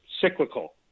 cyclical